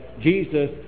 Jesus